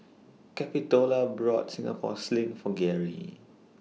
Capitola bought Singapore Sling For Gary